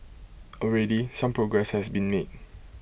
already some progress has been made